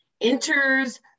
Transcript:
enters